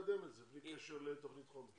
אז אפשר לקדם את זה, בלי קשר לתוכנית חומש.